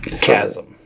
Chasm